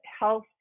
health